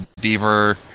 beaver